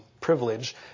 privilege